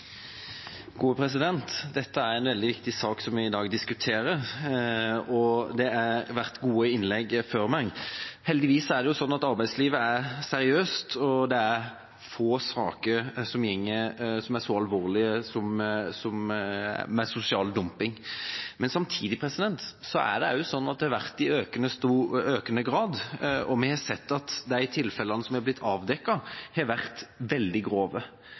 i dag diskuterer, og det har vært gode innlegg før meg. Heldigvis er det slik at arbeidslivet er seriøst, og det er få saker som er så alvorlige som dem som gjelder sosial dumping. Men samtidig er det også slik at dette har skjedd i økende grad, og vi har sett at de tilfellene som har blitt avdekket, har vært veldig grove.